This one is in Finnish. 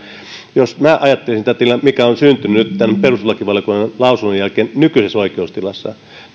jos minä ajattelisin tätä tilannetta mikä on syntynyt nyt tämän perustuslakivaliokunnan lausunnon jälkeen nykyisessä oikeustilassa